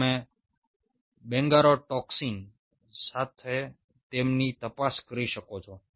તમે બંગરોટોક્સિન સાથે તેમની તપાસ કરી શકો છો